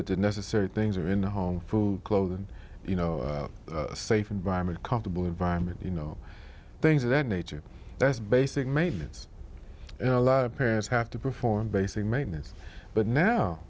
the necessary things are in the home food clothing you know safe environment comfortable environment you know things of that nature that's basic maintenance you know a lot of parents have to perform basic maintenance but now